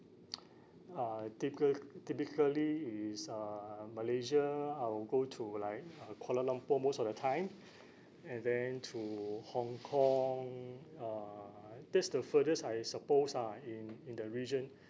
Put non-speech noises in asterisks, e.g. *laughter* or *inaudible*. *noise* uh tyca~ typically is uh malaysia I will go to like kuala lumpur most of the time and then to hong kong uh that's the furthest I suppose ah in in the region